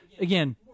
again